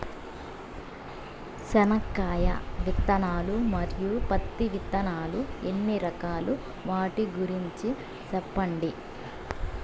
చెనక్కాయ విత్తనాలు, మరియు పత్తి విత్తనాలు ఎన్ని రకాలు వాటి గురించి సెప్పండి?